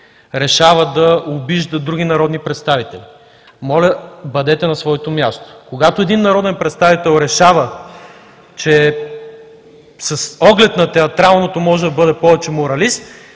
решава да обижда други народни представители, моля бъдете на своето място! Когато един народен представител решава, че с оглед на театралното може да бъде повече моралист,